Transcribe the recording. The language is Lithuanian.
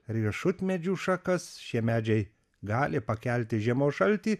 riešutmedžių šakas šie medžiai gali pakelti žiemos šaltį